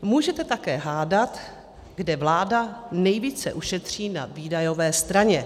Můžete také hádat, kde vláda nejvíce ušetří na výdajové straně.